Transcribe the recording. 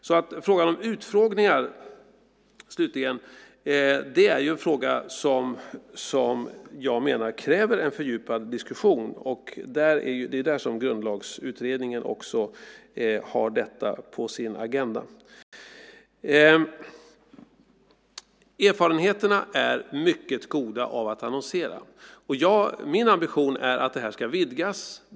När det gäller utfrågningar är det alltså en fråga som jag menar kräver en fördjupad diskussion, och Grundlagsutredningen har också detta på sin agenda. Erfarenheterna av att annonsera är mycket goda. Min ambition är att detta ska vidgas.